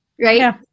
right